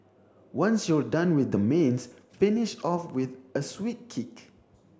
once you're done with the mains finish off with a sweet kick